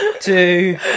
Two